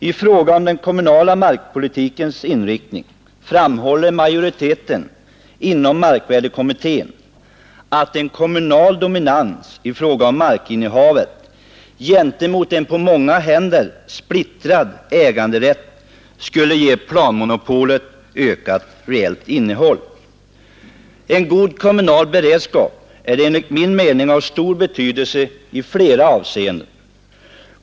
I fråga om den kommunala markpolitikens inriktning framhåller majoriteten inom markvärdekommittén att en kommunal dominans i fråga om markinnehavet gentemot en på många händer splittrad äganderätt skulle ge planmonopolet ökat reellt innehåll. En god kommunal beredskap är enligt min mening av stor betydelse i flera avseenden.